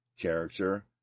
character